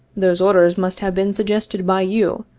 those orders must have been suggested by you,